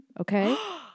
Okay